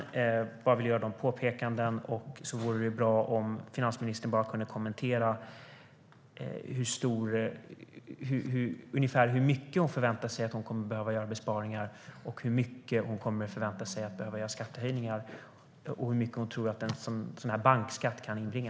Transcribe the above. Jag ville bara göra dessa påpekanden. Det vore bra om finansministern kunde kommentera ungefär hur stora besparingar och skattehöjningar hon förväntar sig att hon behöver göra och hur mycket en bankskatt kan inbringa.